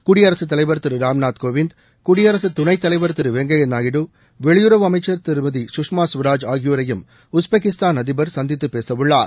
குடியரசுத் தலைவர் திரு ராம்நாத் கோவிந்த் குடியரசு துணைத் தலைவர் திரு வெங்கைய நாயுடு வெளியுறவு அமைச்சர் திரு சுஷ்மா சுவராஜ் ஆகியோரையும் உஸ்பெகிஸ்தான் அதிடர் சந்தித்து பேசவுள்ளார்